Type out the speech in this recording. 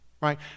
Right